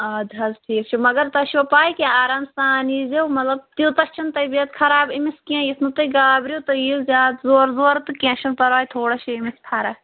آد حظ ٹھیٖک چھُ مگر تۄہہِ چھُوا پاے کہِ آرام سان یی زیو مطلب تیوٗتاہ چھُنہٕ طبیعَت خراب أمِس کیٚنٛہہ یُتھ نہٕ تُہۍ گابرِو تُہۍ اِیِو زیادٕ زورٕ زورٕ تہٕ کیٚنٛہہ چھُنہٕ پَرواے تھوڑا چھِ أمِس فرق